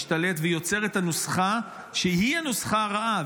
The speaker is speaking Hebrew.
משתלט ויוצר את הנוסחה שהיא הנוסחה הרעה,